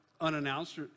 unannounced